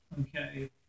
okay